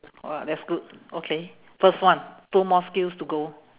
!wah! that's good okay first one two more skills to go